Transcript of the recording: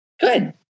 Good